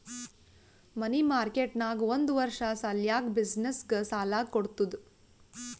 ಮನಿ market ನಾಗ್ ಒಂದ್ ವರ್ಷ ಸಲ್ಯಾಕ್ ಬಿಸಿನ್ನೆಸ್ಗ ಸಾಲಾ ಕೊಡ್ತುದ್